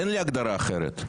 אין לי הגדרה אחרת.